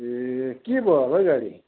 ए के भयो होला है गाडी